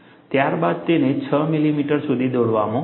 ત્યાર બાદ તેને 6 મિલિમીટર સુધી દોરવામાં આવે છે